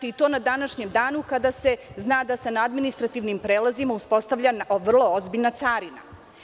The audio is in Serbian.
I to u današnjem danu, kada se zna da se na administrativnim prelazima uspostavlja vrlo ozbiljna carina.